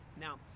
Now